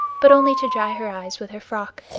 but only to dry her eyes with her frock,